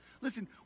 Listen